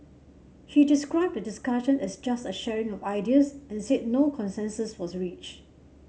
he described the discussion as just a sharing of ideas and said no consensus was reached